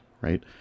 right